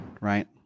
right